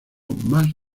más